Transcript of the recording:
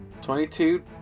22